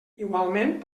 igualment